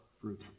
fruit